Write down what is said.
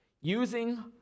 using